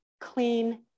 clean